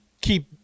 keep